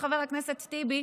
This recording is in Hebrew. חבר הכנסת טיבי,